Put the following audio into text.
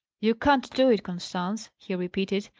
you can't do it, constance! he repeated,